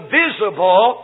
visible